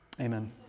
Amen